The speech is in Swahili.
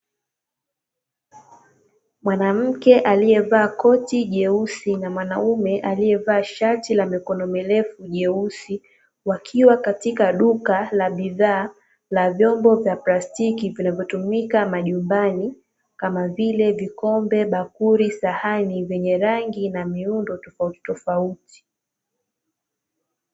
Mwanamke aliyevaa koti jeusi na mwanaume aliyevaa shati la mikono jeusi mirefu wakiwa katika duka la bidhaa la vyombo vya plastiki vinavyotumika majumbani kama vile: vikombe, bakuli, sahani zenye rangi na miundo tofautitofauti.